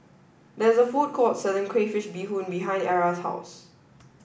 there is a food court selling Crayfish Beehoon behind Era's house